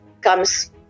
comes